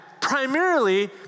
primarily